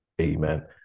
Amen